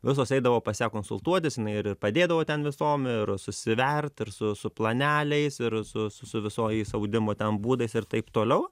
visos eidavo pas ją konsultuotis jinai i ir padėdavo ten visom ir susivert ir su planeliais ir su su visokiais audimo ten būdais ir taip toliau